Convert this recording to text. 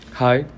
hi